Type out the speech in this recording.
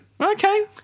Okay